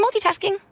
multitasking